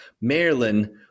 Maryland